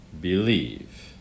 believe